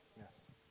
Yes